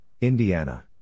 Indiana